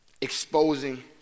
Exposing